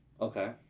Okay